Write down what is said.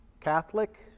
Catholic